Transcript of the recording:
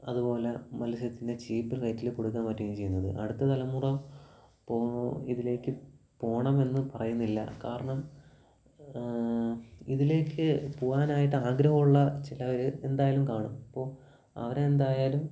അതുപോലെ മത്സ്യത്തിൻ്റെ ചീപ്പ് റേറ്റില് കൊടുക്കാന് പറ്റുകയും ചെയ്യുന്നത് അടുത്ത തലമുറ ഇതിലേക്ക് പോകണമെന്ന് പറയുന്നില്ല കാരണം ഇതിലേക്ക് പോവാനായിട്ട് ആഗ്രഹമുള്ള ചിലവര് എന്തായാലും കാണും അപ്പോള് അവരെന്തായാലും